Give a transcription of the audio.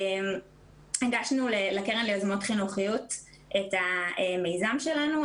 הגשנו לקרן ליוזמות חינוכיות את המיזם שלנו.